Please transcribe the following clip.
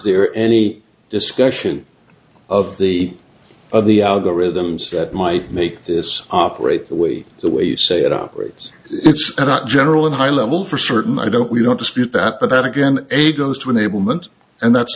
there any discussion of the of the algorithms that might make this operate the way the way you say it operates it's not generally high level for certain i don't we don't dispute that but then again a ghost when able meant and that's